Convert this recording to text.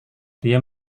dia